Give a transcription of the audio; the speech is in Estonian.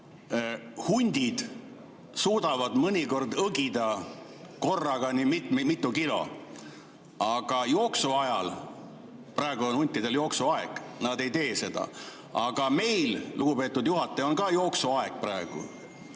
Hundid suudavad mõnikord õgida korraga mitu kilo, aga jooksuajal – praegu on huntidel jooksuaeg – nad ei tee seda. Aga meil, lugupeetud juhataja, on ka jooksuaeg praegu